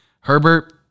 Herbert